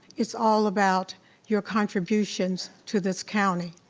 it's all about your contributions to this county,